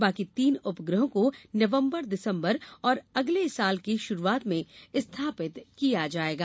बाकी तीन उपग्रहों को नवंबर दिसंबर और अगले साल के शुरुआत में स्थापित किया जाएगा